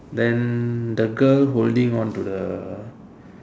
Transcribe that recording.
then the girl holding on to the